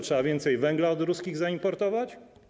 Trzeba więcej węgla od ruskich zaimportować?